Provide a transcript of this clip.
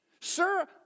Sir